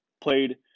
played